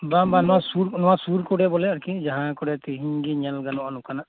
ᱵᱟᱝᱼᱵᱟᱝ ᱱᱚᱣᱟ ᱥᱩᱨ ᱠᱤᱨᱮ ᱵᱚᱞᱮ ᱟᱨᱠᱤ ᱡᱟᱦᱟᱸ ᱛᱮᱦᱮᱧ ᱜᱮ ᱧᱮᱞ ᱜᱟᱱᱚᱜ ᱱᱚᱝᱠᱟᱱᱟᱜ ᱟᱨᱠᱤ